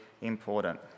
important